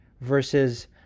versus